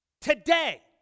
today